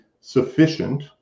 sufficient